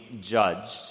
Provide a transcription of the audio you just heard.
judged